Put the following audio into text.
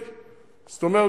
בספטמבר,